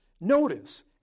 Notice